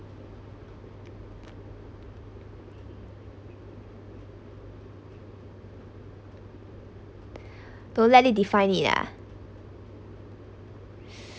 don't let it define it ah